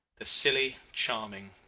the silly, charming,